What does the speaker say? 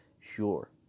sure